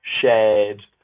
shared